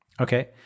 Okay